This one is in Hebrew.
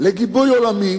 לגיבוי עולמי